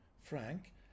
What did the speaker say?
Frank